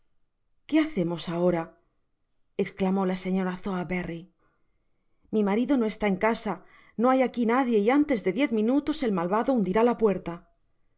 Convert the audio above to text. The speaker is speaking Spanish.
qué hacemos ahora esclamóla señora sowerberry mi marido no está en casa no hay aqui nadie y antes de diez minutos el malvado hundirá la puerta